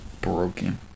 broken